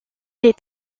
est